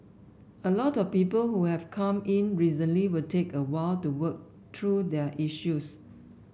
a lot of people who have come in recently will take a while to work through their issues